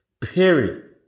Period